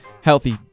Healthy